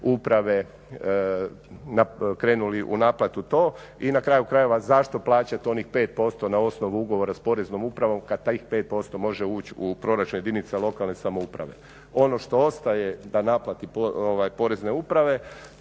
uprave krenuli u naplatu to. I na kraju krajeva zašto plaćati onih 5% na osnovu ugovora s Poreznom upravom kada tih 5% može ući u proračun jedinica lokalne samouprave. Ono što ostaje da naplati Porezne uprave